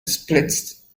splits